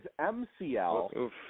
MCL